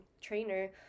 trainer